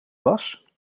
was